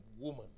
woman